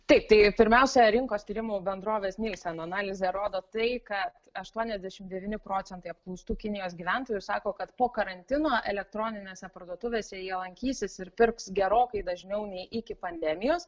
taip tai pirmiausia rinkos tyrimų bendrovės nilsen analizė rodo tai kad aštuoniasdešimt devyni procentai apklaustų kinijos gyventojų sako kad po karantino elektroninėse parduotuvėse jie lankysis ir pirks gerokai dažniau nei iki pandemijos